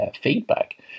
feedback